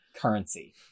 currency